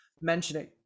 mentioning